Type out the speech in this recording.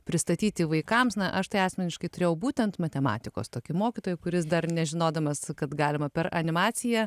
pristatyti vaikams na aš tai asmeniškai turėjau būtent matematikos tokį mokytoją kuris dar nežinodamas kad galima per animaciją